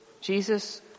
Jesus